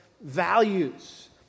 values